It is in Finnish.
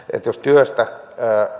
jos työstä